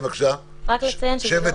רק לציין שזה לא